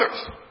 others